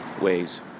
ways